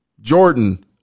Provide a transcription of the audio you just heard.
Jordan